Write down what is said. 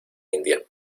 india